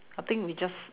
I think we just